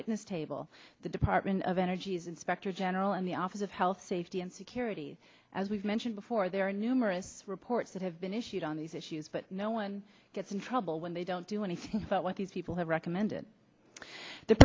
witness table the department of energy's inspector general and the office of health safety and security as we've mentioned before there are numerous reports that have been issued on these issues but no one gets in trouble when they don't do anything about what these people have recommended the